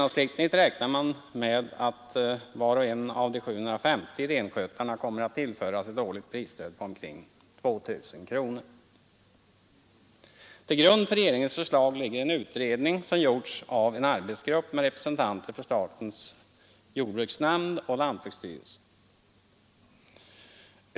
Man räknar genomsnittligt med att var och en av de 750 renägarna kommer att tillföras ett årligt prisstöd på omkring 2 000 kronor. Till grund för regeringens förslag ligger en utredning som gjorts av en arbetsgrupp med representanter för statens jordbruksnämnd och lantbruksstyrelsen.